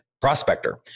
prospector